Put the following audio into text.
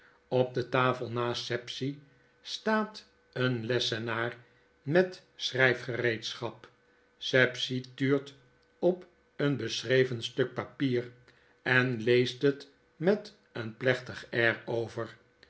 op de tafel naast sapsea staat een lessenaar met schrijfgereedschap sapsea tuurt op een beschreven stuk papier en leest het met een plechtig air over